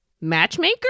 matchmaker